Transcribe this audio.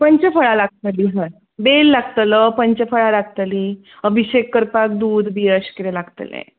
पंच फळां लागतली हय बेल लागतलो पंच फळां लागतली अभिशेक करपाक दूद बी अशें कितें लागतले